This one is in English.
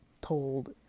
told